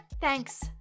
Thanks